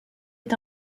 est